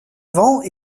vend